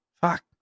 fuck